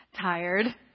Tired